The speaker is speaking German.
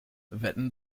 wetten